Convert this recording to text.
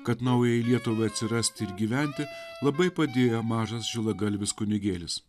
kad naujai lietuvoje atsirasti ir gyventi labai padėjo mažas žilagalvis kunigėlis